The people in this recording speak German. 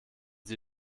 sie